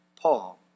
Paul